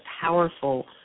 powerful